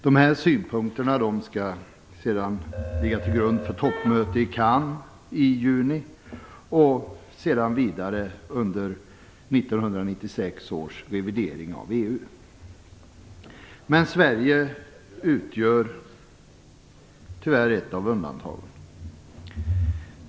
De här synpunkterna skall sedan ligga till grund för toppmötet i Cannes i juni och för 1996 års revidering av EU. Men Sverige utgör tyvärr ett av undantagen.